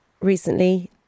recently